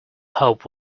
hope